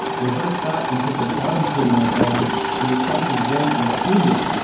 reverse that and take the bottom thirty nine airlines and your chance is one in two million